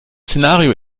szenario